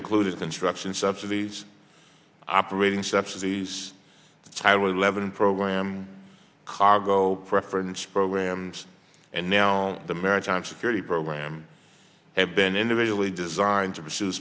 included construction subsidies operating subsidies highly levon program cargo preference programs and now the maritime security program have been individually designed to pursue